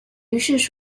于是